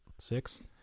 six